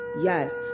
yes